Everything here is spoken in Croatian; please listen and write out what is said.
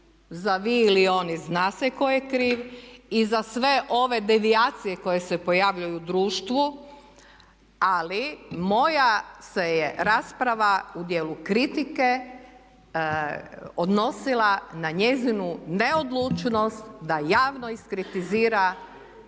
za vi ili oni zna se tko je kriv i za sve ove devijacije koje se pojavljuju u društvu. Ali moja se je rasprava u dijelu kritike odnosila na njezinu neodlučnost da javno iskritizira